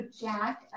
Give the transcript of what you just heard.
Jack